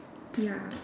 ya